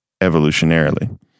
evolutionarily